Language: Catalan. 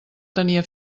tenia